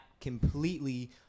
completely